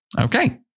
Okay